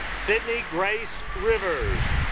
sydney grace rivers